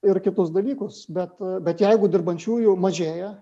ir kitus dalykus bet bet jeigu dirbančiųjų mažėja